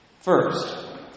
First